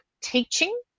teaching